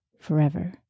forever